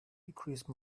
increase